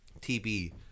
tb